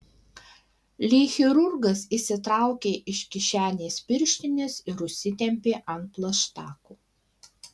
lyg chirurgas išsitraukė iš kišenės pirštines ir užsitempė ant plaštakų